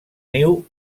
niu